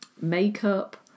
makeup